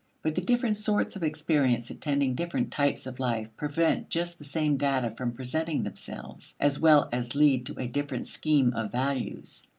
but the different sorts of experience attending different types of life prevent just the same data from presenting themselves, as well as lead to a different scheme of values.